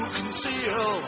conceal